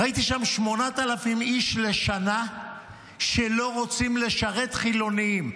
ראיתי שם 8,000 איש לשנה שלא רוצים לשרת, חילונים.